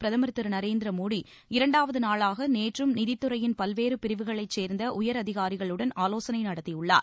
பிரதமர் திருநரேந்திர மோடி இரண்டாவது நாளாக நேற்றும் நிதித்துறையின் பல்வேறு பிரிவுகளைச் சேர்ந்த உயர் அதிகாரிகளுடன் ஆலோசனை நடத்தியுள்ளார்